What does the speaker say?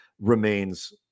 remains